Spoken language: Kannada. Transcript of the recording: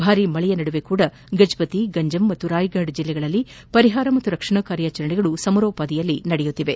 ಭಾರೀ ಮಳೆಯ ನಡುವೆಯೂ ಗಜಪತಿ ಗಂಜಮ್ ಮತ್ತು ರಾಯಫಡ್ ಜಿಲ್ಲೆಗಳಲ್ಲಿ ಪರಿಹಾರ ಮತ್ತು ರಕ್ಷಣಾ ಕಾರ್ಯಾಚರಣೆ ಸಮರೋಪಾದಿಯಲ್ಲಿ ನಡೆಯುತ್ತಿದೆ